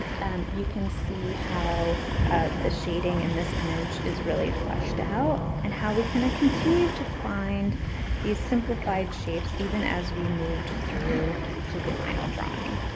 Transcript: um you can see how the shading in this image is really fleshed out and how we kind of continued to find these simplified shapes even as we moved through to the final drawing.